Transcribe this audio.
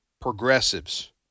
progressives